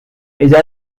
ella